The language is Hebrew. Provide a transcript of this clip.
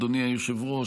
אדוני היושב-ראש,